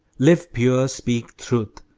live pure, speak truth,